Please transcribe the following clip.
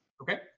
Okay